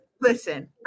listen